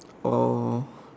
oh